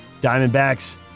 Diamondbacks